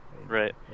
right